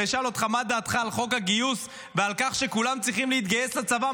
ואשאל אותך מה דעתך על חוק הגיוס ועל כך שכולם צריכים להתגייס לצבא,